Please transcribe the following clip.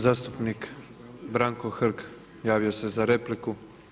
Zastupnik Branko Hrg, javio se za repliku.